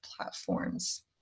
platforms